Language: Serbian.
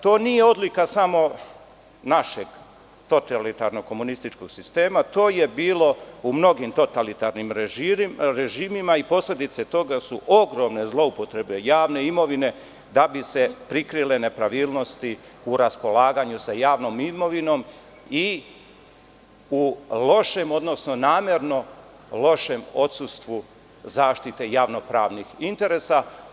To nije odlika samo našeg totalitarnog komunističkog sistema to je bilo u mnogim totalitarnim režima i posledice toga su ogromne zloupotrebe javne imovine da bi se prikrile nepravilnosti u raspolaganju sa javnom imovinom i u lošem odnosno namerno lošem odsustvu zaštite javno-pravnih interesa.